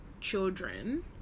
children